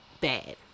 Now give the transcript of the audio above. bad